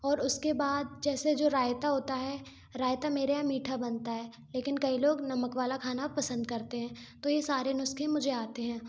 और उसके बाद जैसे जो रायता होता है रायता मेरे यहाँ मीठा बनता है लेकिन कई लोग नमक वाला खाना पसंद करते हैं तो ये सारे नुस्खे मुझे आते हैं